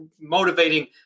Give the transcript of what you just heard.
Motivating